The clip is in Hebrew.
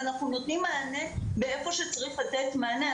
ואנחנו נותנים מענה איפה שצריך לתת מענה.